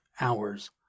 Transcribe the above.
hours